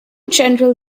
general